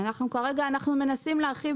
כרגע אנחנו מנסים להרחיב.